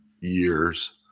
years